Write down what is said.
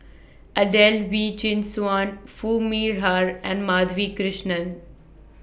Adelene Wee Chin Suan Foo Mee Har and Madhavi Krishnan